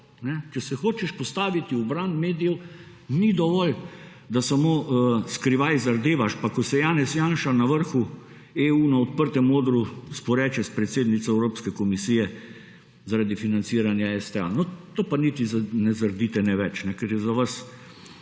Če se hočeš postaviti v bran medijev ni dovolj, da samo skrivaj zardevaš, pa ko se Janez Janša na vrhu EU na odprtem odru sporeče s predsednico Evropske komisije zaradi financiranja STA. No, to pa niti ne zardite ne več, ker je za vas